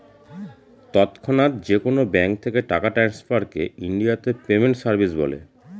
তৎক্ষণাৎ যেকোনো ব্যাঙ্ক থেকে টাকা ট্রান্সফারকে ইনডিয়াতে পেমেন্ট সার্ভিস বলে